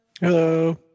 Hello